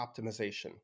optimization